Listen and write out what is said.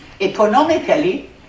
economically